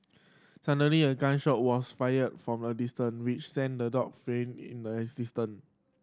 suddenly a gun shot was fired from a distance which sent the dog flee in an instant